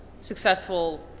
successful